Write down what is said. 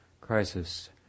crisis